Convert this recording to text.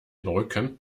rücken